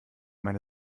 meine